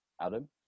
Adam